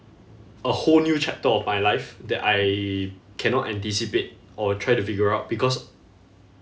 a whole new chapter of my life that I cannot anticipate or try to figure out because